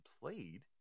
played